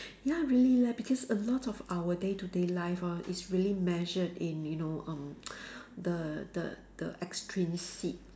ya really leh because a lot of our day to day life hor is really measured in you know um the the the extrinsic